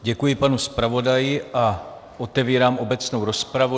Děkuji panu zpravodaji a otevírám obecnou rozpravu.